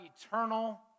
eternal